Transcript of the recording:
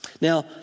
Now